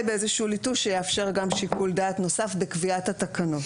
באיזה שהוא ליטוש שיאפשר גם שיקול דעת נוסף בקביעת התקנות,